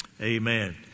Amen